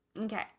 Okay